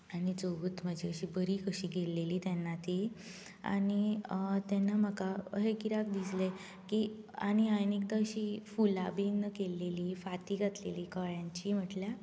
आनी चवथ म्हजी बरी कशी गेलेली तेन्ना ती आनी तेन्ना म्हाका अहें कित्याक दिसलें की आनी हांवें एकदां अशी फुलां बी केलेली फांती घातलेली कळ्यांची म्हणल्यार